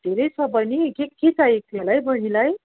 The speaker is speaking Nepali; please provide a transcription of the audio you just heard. धेरै छ बहिनी के के चाहिएको थियो होला है बहिनीलाई